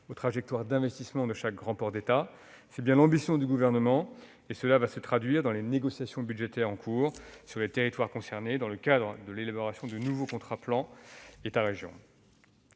aux trajectoires d'investissement de chaque grand port d'État. C'est bien l'ambition du Gouvernement, et cela va se traduire dans les négociations budgétaires en cours, pour les territoires concernés, dans le cadre de l'élaboration des nouveaux contrats de plan État-région